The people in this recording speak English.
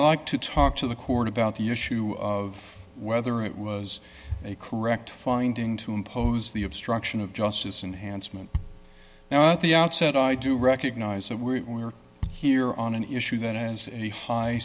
like to talk to the court about the issue of whether it was a correct finding to impose the obstruction of justice and handsome and now at the outset i do recognize that we are here on an issue that has a high